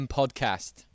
podcast